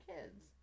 kids